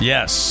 Yes